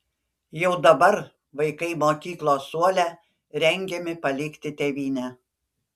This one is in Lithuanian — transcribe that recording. jau dabar vaikai mokyklos suole rengiami palikti tėvynę